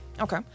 okay